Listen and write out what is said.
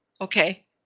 Okay